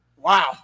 Wow